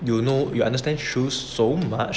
you know you understand shoes so much